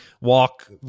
walk